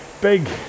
big